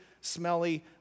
smelly